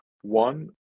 One